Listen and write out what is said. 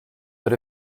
but